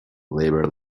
labour